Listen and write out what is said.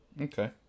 Okay